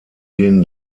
den